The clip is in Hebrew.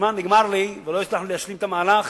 הזמן נגמר לי ולא הצלחנו להשלים את המהלך.